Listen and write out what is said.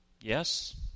Yes